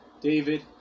David